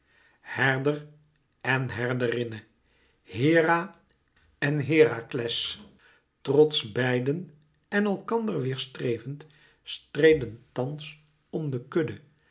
herder en herderinne hera en herakles trotsch beiden en elkander weêrstrevend streden thans om de kudde